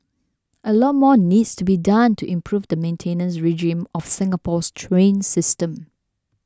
a lot more needs to be done to improve the maintenance regime of Singapore's train system